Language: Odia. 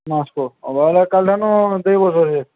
ମାସ୍କ କାଲି ଠାନୁ ଦେଇ ବସ୍ବି ସେ